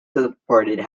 supported